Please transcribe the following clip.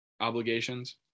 obligations